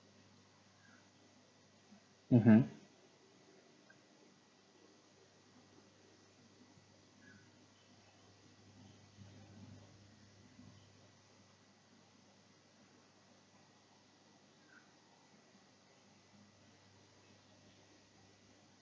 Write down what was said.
mmhmm